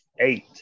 eight